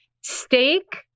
steak